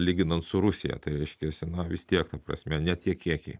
lyginant su rusija tai reiškiasi na vis tiek ta prasme ne tie kiekiai